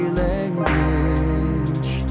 language